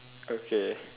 okay